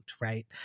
right